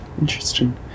Interesting